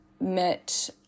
met